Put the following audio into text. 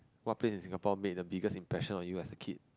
what place in Singapore made the biggest impression on you as a kid